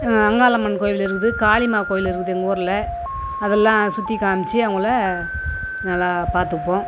அங்காளம்மன் கோவில் இருக்குது காளியம்மா கோவில் இருக்குது எங்கள் ஊரில் அதெல்லாம் சுற்றி காமிச்சு அவங்கள நல்லா பார்த்துப்போம்